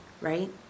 right